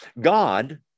God